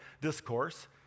discourse